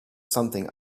something